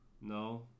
no